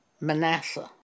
Manasseh